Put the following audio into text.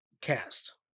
cast